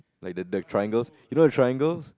like the the triangles you know the triangles